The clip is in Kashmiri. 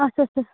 اَچھا اَچھا